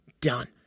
done